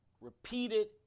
repeated